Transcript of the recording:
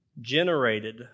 generated